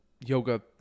yoga